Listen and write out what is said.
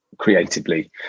creatively